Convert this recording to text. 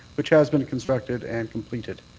which has been constructed and completed.